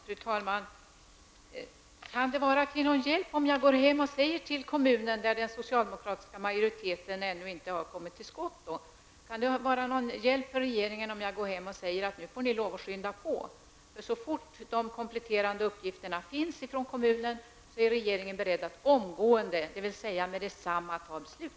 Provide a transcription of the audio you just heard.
Fru talman! Kan det vara till någon hjälp för regeringen om jag åker hem till kommunen och säger till den socialdemokratiska majoriteten, som ännu inte har kommit till skott, att den får skynda på, för så fort kommunen lämnar de kompletterande uppgifterna är regeringen beredd att omgående, dvs. med detsamma fatta ett beslut?